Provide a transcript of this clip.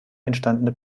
entstandene